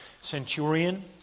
centurion